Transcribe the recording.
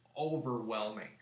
overwhelming